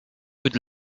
would